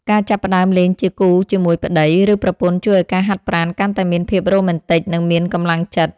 ការចាប់ផ្ដើមលេងជាគូជាមួយប្ដី ឬប្រពន្ធជួយឱ្យការហាត់ប្រាណកាន់តែមានភាពរ៉ូមែនទិក និងមានកម្លាំងចិត្ត។